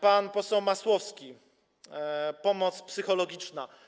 Pan poseł Masłowski - pomoc psychologiczna.